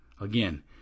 again